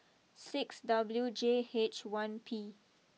six W J H one P